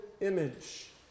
image